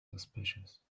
suspicious